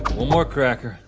more cracker.